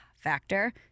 factor